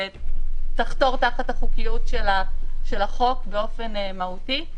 שתחתור תחת החוקיות של החוק באופן מהותי.